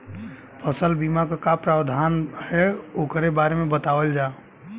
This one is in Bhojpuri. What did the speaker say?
फसल बीमा क का प्रावधान हैं वोकरे बारे में बतावल जा?